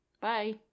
bye